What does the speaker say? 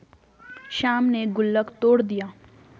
श्याम ने गुल्लक तोड़ दिया